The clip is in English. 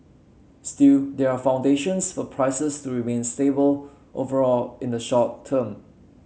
still there are foundations for prices to remain stable overall in the short term